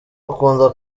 bakunda